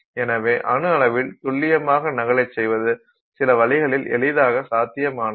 எனவே அணு அளவில் துல்லியமான நகலைச் செய்வது சில வழிகளில் எளிதாக சாத்தியமானது